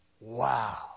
Wow